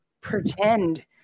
pretend